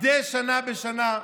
מדי שנה בשנה,